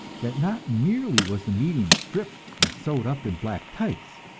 that not merely was the medium stripped and sewed up in black tights,